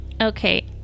okay